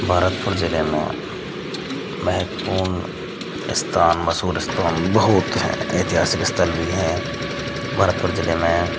भतरतपुर ज़िले में महत्वपूर्ण स्थान मशहूर स्थान बहुत हैं ऐतिहासिक स्थल भी हैं भरतपुर ज़िले में